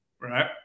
right